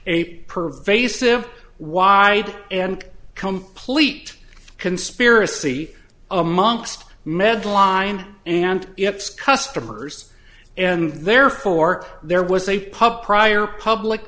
a pervasive wide and complete conspiracy amongst medline and its customers and therefore there was a pup prior public